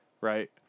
right